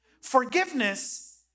Forgiveness